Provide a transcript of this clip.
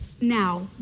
Now